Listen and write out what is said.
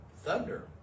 thunder